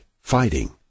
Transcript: fighting